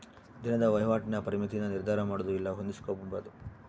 ದಿನದ ವಹಿವಾಟಿನ ಪರಿಮಿತಿನ ನಿರ್ಧರಮಾಡೊದು ಇಲ್ಲ ಹೊಂದಿಸ್ಕೊಂಬದು